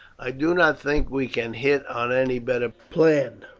i do not think we can hit on any better plan,